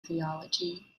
theology